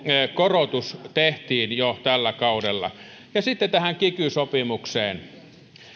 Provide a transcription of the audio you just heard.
korotus kotitalousvähennykseen tehtiin jo tällä kaudella ja sitten kiky sopimukseen